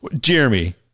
Jeremy